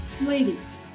Ladies